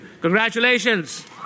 Congratulations